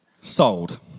Sold